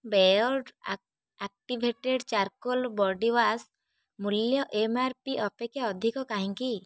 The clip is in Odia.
ବେୟର୍ଡ଼ୋ ଆକ୍ଟିଭେଟେଡ଼୍ ଚାର୍କୋଲ୍ ବଡ଼ି ୱାଶ୍ ମୂଲ୍ୟ ଏମ୍ ଆର୍ ପି ଅପେକ୍ଷା ଅଧିକ କାହିଁକି